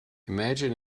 imagine